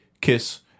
KISS